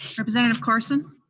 representative carson?